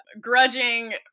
grudging